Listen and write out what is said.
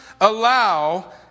allow